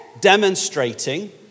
demonstrating